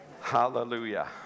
Hallelujah